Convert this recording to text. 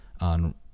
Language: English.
on